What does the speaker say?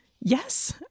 Yes